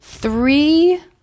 three